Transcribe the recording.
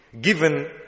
given